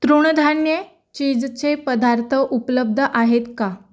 तृणधान्ये चीजचे पदार्थ उपलब्ध आहेत का